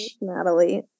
Natalie